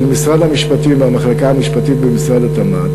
משרד המשפטים והמחלקה המשפטית במשרד התמ"ת,